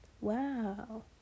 Wow